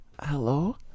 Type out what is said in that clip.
Hello